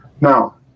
Now